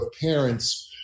parents